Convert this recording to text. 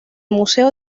museo